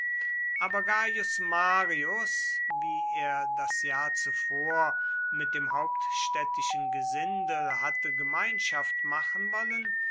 aber gaius marius wie er das jahr zuvor mit dem hauptstädtischen gesindel hatte gemeinschaft machen wollen